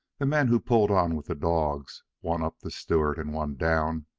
the men who pulled on with the dogs, one up the stewart and one down,